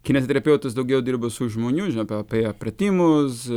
kineziterapeutas daugiau dirbu su žmonių žinau apie apie pratimus